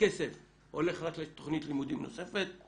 הכסף הולך רק לתוכנית לימודים נוספת,